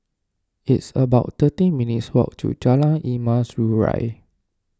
it's about thirteen minutes' walk to Jalan Emas Urai